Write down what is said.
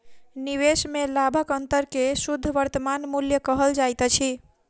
निवेश में लाभक अंतर के शुद्ध वर्तमान मूल्य कहल जाइत अछि